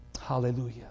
hallelujah